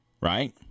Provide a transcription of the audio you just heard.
Right